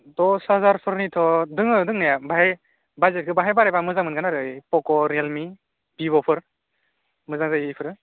दस हाजारफोरनिथ' दङ दोंनाया ओमफ्राय बाजेटखौ बाङाय बारायबा मोजां मोनगोन आरो पक' रियेलमि भिभ'फोर मोजां जायो बेफोरो